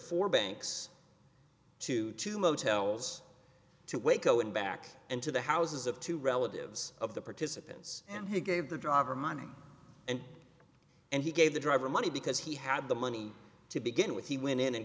four banks to to motels to waco and back and to the houses of two relatives of the participants and he gave the driver money and and he gave the driver money because he had the money to begin with he went in and